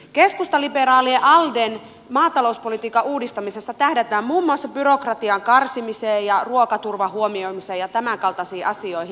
keskustaliberaalien alden maatalouspolitiikan uudistamisessa tähdätään muun muassa byrokratian karsimiseen ja ruokaturvan huomioimiseen ja tämänkaltaisiin asioihin